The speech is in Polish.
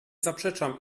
zaprzeczam